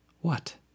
What